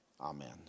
Amen